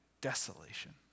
desolation